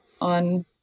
on